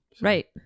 right